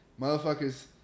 motherfuckers